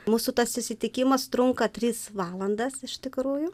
mūsų tas susitikimas trunka tris valandas iš tikrųjų